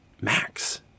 Max